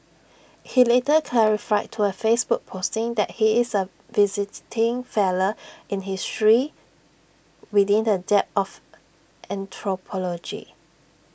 he later clarified to A Facebook posting that he is A visiting fellow in history within the dept of anthropology